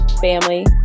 family